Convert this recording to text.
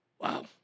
wow